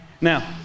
Now